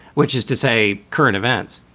which is to say current events